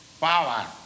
power